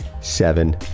seven